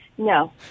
No